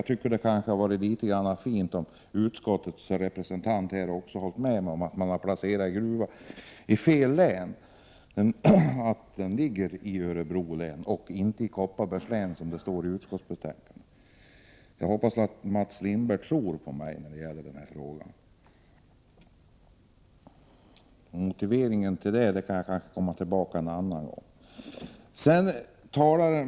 Det hade nämligen varit trevligt om utskottets representant kunde hålla med om att gruvan placerats i fel län. Gruvan ligger faktiskt i Örebro län — inte i Kopparbergs län, som det står i utskottets betänkande. Jag hoppas att Mats Lindberg tror på mina uppgifter. Motiveringen kan jag kanske återkomma till någon annan gång.